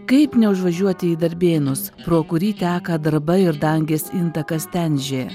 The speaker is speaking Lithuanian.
kaip neužvažiuoti į darbėnus pro kurį teka darbai ir dangės intakas tenžė